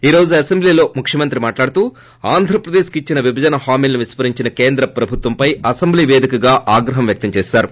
ఈ రోజు అసెంబ్లీలో ముఖ్యమంత్రి మాట్లాడుతూ ఆంధ్రప్రదేశ్కు ఇచ్చిన విభజన హామీలను విస్కరించిన కేంద్ర ప్రభుత్వంపై అసెంబ్లీ వేదికగా ఆగ్రహం వ్యక్తం చేసారు